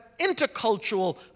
intercultural